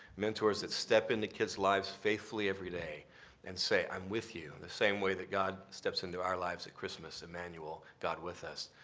mentors that step into kids' lives faithfully every day and say i'm with you, and the same way that god steps into our lives at christmas, emmanuel, god with us.